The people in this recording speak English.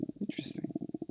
interesting